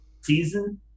season